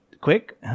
quick